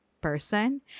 person